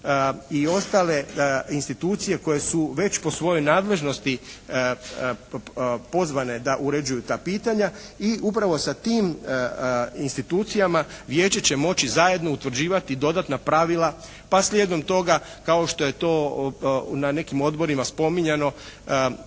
i ostale institucije koje su već po svojoj nadležnosti pozvane da uređuju da pitanja i upravo sa tim institucijama vijeće će moći zajedno utvrđivati dodatna pravila pa slijedom toga kao što je to na nekim odborima spominjano